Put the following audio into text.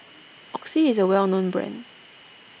Oxy is a well known brand